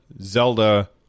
Zelda